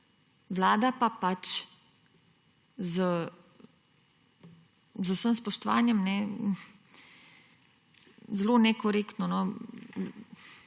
Vlada pa pač, z vsem spoštovanjem, zelo nekorektno